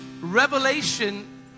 revelation